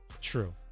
True